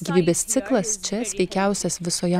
gyvybės ciklas čia sveikiausias visoje